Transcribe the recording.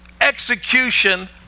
execution